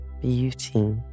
beauty